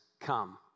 come